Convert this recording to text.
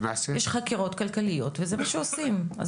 יש חקירות כלכליות וזה מה שעושים.